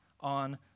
on